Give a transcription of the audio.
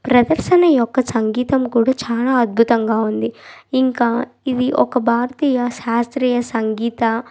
ప్రదర్శన యొక్క సంగీతం కూడా చాలా అద్భుతంగా ఉంది ఇంకా ఇవి ఒక భారతీయ శాస్త్రీయ సంగీత